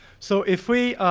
so if we,